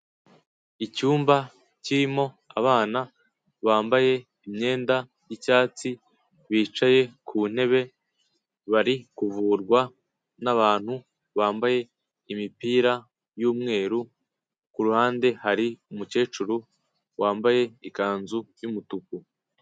Icyumba kirimo abana bambaye imyenda y'icyatsi, bicaye ku ntebe, bari kuvurwa n'abantu bambaye imipira y'umweru, ku ruhande hari umukecuru wambaye ikanzu y'umutuku.